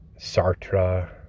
Sartre